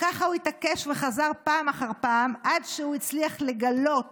וככה הוא התעקש וחזר פעם אחר פעם עד שהוא הצליח לגלות